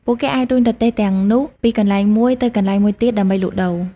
ពួកគេអាចរុញរទេះទាំងនោះពីកន្លែងមួយទៅកន្លែងមួយទៀតដើម្បីលក់ដូរ។